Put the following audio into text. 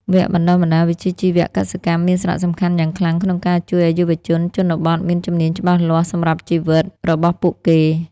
វគ្គបណ្តុះបណ្តាលវិជ្ជាជីវៈកសិកម្មមានសារៈសំខាន់យ៉ាងខ្លាំងក្នុងការជួយឱ្យយុវជនជនបទមានជំនាញច្បាស់លាស់សម្រាប់ជីវិតរបស់ពួកគេ។